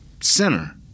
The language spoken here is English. center